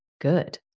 good